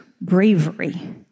bravery